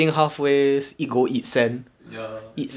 T_B_H I not sure I also don't know what he want from us early game